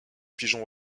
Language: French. pigeons